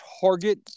target